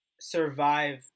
survive